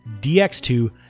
DX2